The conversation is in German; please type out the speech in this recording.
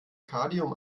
cadmium